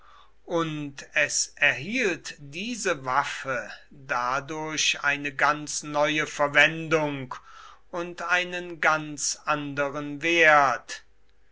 und es erhielt diese waffe dadurch eine ganz neue verwendung und einen ganz anderen wert